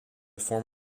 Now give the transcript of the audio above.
form